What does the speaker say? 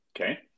Okay